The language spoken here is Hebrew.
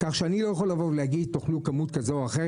כך שאני לא יכול להגיד תאכלו כמות כזו או אחרת.